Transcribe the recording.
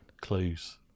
Clues